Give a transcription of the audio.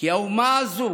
כי האומה הזאת,